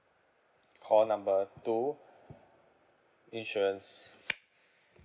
call number two insurance